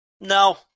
No